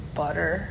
butter